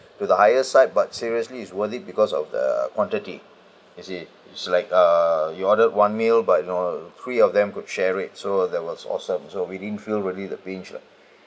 to the higher side but seriously it's worth it because of the quantity is is is like err you order one meal but you know three of them could share it so that was awesome so we didn't feel really the pinch lah